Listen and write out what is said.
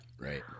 Right